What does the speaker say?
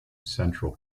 central